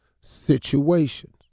situations